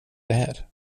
där